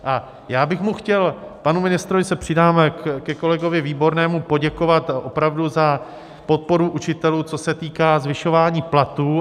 A já bych chtěl panu ministrovi, přidám se ke kolegovi Výbornému, poděkovat opravdu za podporu učitelů, co se týká zvyšování platů.